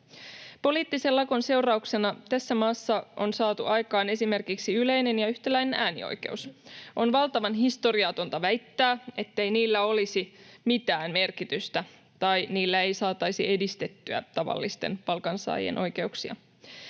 Poliittisen lakon seurauksena tässä maassa on saatu aikaan esimerkiksi yleinen ja yhtäläinen äänioikeus. On valtavan historiatonta väittää, ettei niillä olisi mitään merkitystä tai niillä ei saataisi edistettyä tavallisten palkansaajien oikeuksia.